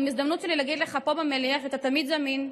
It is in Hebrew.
זו גם הזדמנות שלי להגיד לך פה במליאה שאתה תמיד זמין,